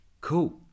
cool